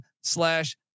slash